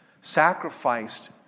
sacrificed